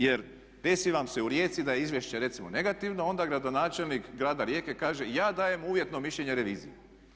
Jer desi vam se u Rijeci da je izvješće recimo negativno onda gradonačelnik grada Rijeke kaže ja dajem uvjetno mišljenje reviziji.